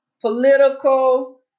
political